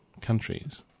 countries